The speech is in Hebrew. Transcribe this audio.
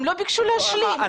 הם לא ביקשו להשלים.